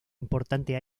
importante